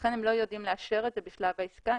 לכן הם לא יודעים לאשר בשלב העסקה.